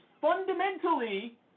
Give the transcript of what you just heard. fundamentally